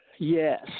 Yes